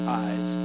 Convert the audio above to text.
eyes